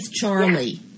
Charlie